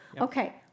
Okay